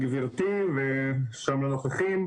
גברתי, שלום לנוכחים,